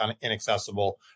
inaccessible